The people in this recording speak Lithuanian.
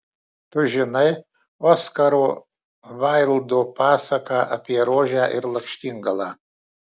tu žinai oskaro vaildo pasaką apie rožę ir lakštingalą